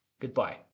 Goodbye